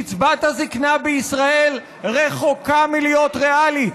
קצבת הזקנה בישראל רחוקה מלהיות ריאלית,